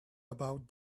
about